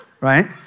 right